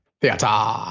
theater